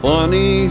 Funny